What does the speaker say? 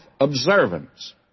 observance